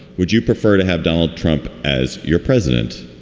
would you prefer to have donald trump as your president?